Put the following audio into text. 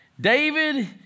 David